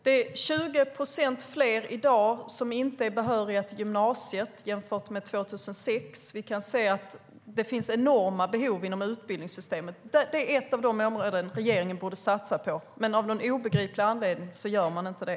Det är 20 procent fler i dag som inte är behöriga till gymnasiet jämfört med 2006. Det finns enorma behov inom utbildningssystemet. Det är ett av de områden som regeringen borde satsa på, men av någon obegriplig anledning gör man inte det.